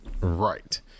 Right